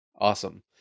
Awesome